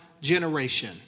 generation